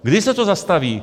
Kdy se to zastaví?